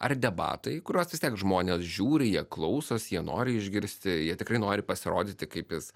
ar debatai kuriuos vis tiek žmonės žiūri jie klausosi jie nori išgirsti jie tikrai nori pasirodyti kaip jis